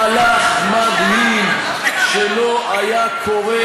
מהלך מדהים שלא היה קורה,